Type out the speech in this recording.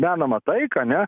menamą taiką ane